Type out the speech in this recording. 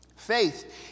Faith